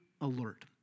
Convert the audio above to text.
alert